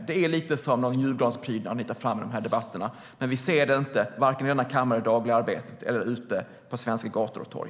Det är som någon julgransprydnad som ni tar fram i de här debatterna, men vi ser det inte i det dagliga arbetet vare sig i denna kammare eller ute på svenska gator och torg.